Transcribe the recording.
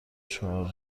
چهار